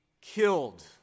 killed